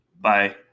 bye